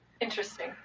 Interesting